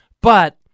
but-